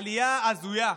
עלייה הזויה.